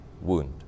wound